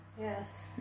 Yes